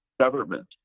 government